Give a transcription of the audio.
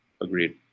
agreed